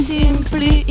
Simply